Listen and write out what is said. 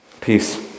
peace